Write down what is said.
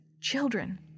Children